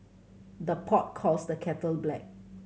the pot calls the kettle black